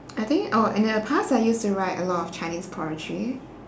I think oh in the past I used to write a lot of chinese poetry